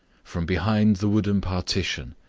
from behind the wooden partition,